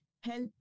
help